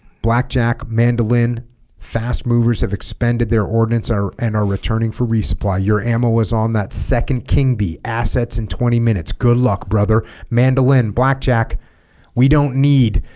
blackjack mandolin fast movers have expended their ordinance are and are returning for resupply your ammo was on that second king b assets in twenty minutes good luck brother mandolin blackjack we don't need